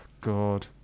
God